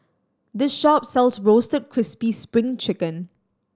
this shop sells Roasted Crispy Spring Chicken